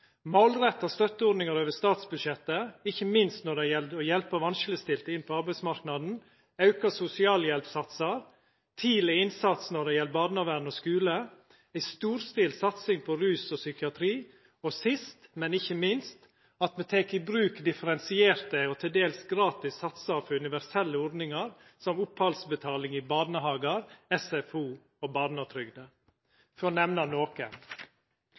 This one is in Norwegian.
målretta støtteordningar over statsbudsjettet, ikkje minst når det gjeld å hjelpa vanskelegstilte inn på arbeidsmarknaden, auka sosialhjelpssatsar, tidleg innsats når det gjeld barnevern og skule, ei storstilt satsing på rusfeltet og psykiatri og sist, men ikkje minst, at me tek i bruk differensierte og dels gratis satsar for universelle ordningar som opphaldsbetaling i barnehagar, SFO og barnetrygda – for å nemna